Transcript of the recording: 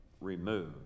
Remove